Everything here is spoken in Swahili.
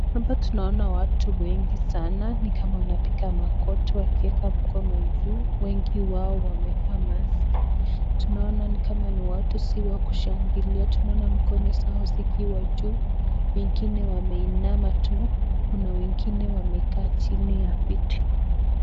Hapa tunaona watu wengi sana. Ni kama wanapiga magoti wakieka mkono juu , wengi wao wamevaa maski. Tunaona ni kama ni watu si wa kushangilia. Tunaona mikono zao zikiwa juu wengine wameinama tu. Kuna wengine wamekaa chini ya viti.